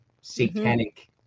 satanic